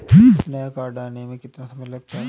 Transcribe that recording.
नया कार्ड आने में कितना समय लगता है?